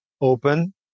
open